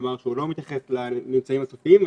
כלומר שהוא לא מתייחס לממצאים הסופיים.